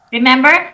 Remember